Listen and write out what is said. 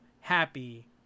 happy